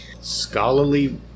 Scholarly